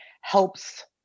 helps